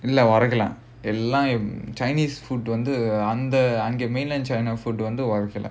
இல்ல மறைகல எல்லாம்:illa maraikala ellaam chinese food வந்து அந்த:vandhu andha mainland china food வந்து மறைகல:vandhu maraikala